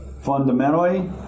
fundamentally